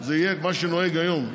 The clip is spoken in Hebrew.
זה יהיה מה שנוהג היום,